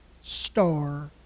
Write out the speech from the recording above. star